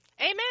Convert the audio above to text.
Amen